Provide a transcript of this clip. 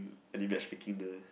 any matchmaking there